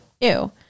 Ew